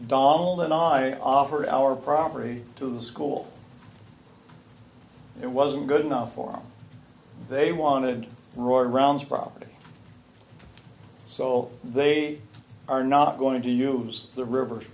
donald and i offered our property to the school it wasn't good enough for they wanted roy rounds of property so they are not going to use the river